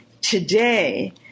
Today